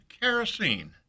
kerosene